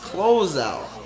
Closeout